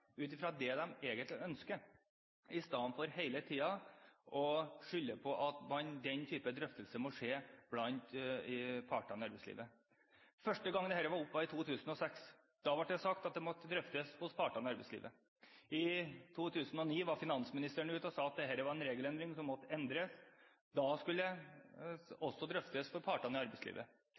ut fra det de egentlig ønsker, istedenfor hele tiden å skylde på at den typen drøftelser må skje mellom partene i arbeidslivet. Første gangen dette var oppe, var i 2006. Da ble det sagt at det måtte drøftes av partene i arbeidslivet. I 2009 var finansministeren ute og sa at dette var en regel som måtte endres. Da skulle det også drøftes av partene i arbeidslivet.